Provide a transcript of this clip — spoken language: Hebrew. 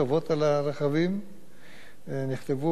נכתבו כתובות נאצה,